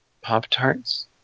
Pop-Tarts